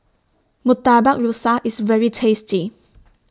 Murtabak Rusa IS very tasty